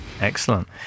Excellent